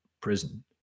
prison